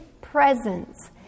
presence